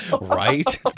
Right